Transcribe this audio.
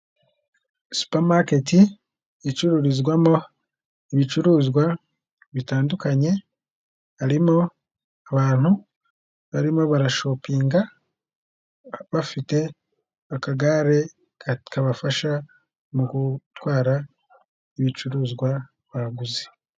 Supamaketi icururizwamo ibicuruzwa bitandukanye, harimo abantu barimo barashopinga, bafite akagare kabafasha mu gutwara ibicuruzwa baguze.